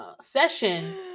session